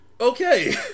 Okay